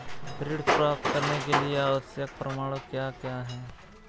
ऋण प्राप्त करने के लिए आवश्यक प्रमाण क्या क्या हैं?